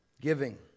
Giving